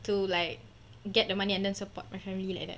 to like get the money and then support my family like that